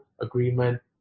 agreement